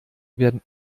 werden